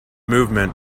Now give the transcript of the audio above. movement